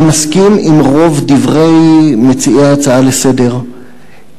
אני מסכים עם רוב דברי מציעי ההצעה לסדר-היום.